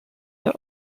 der